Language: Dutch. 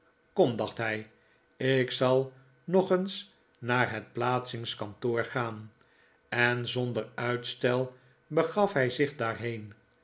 kom dacht hij ik zal nog eens naar het plaatsingkantoor gaan en zonder uitstel begaf hij zich